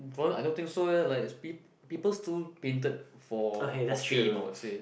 I don't think so leh like peop~ people still painted for for fame I would say